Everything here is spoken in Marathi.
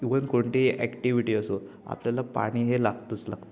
इव्हन कोणतीही ॲक्टिव्हिटी असो आपल्याला पाणी हे लागतंच लागतं